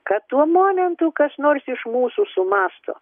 kad tuo momentu kas nors iš mūsų sumąsto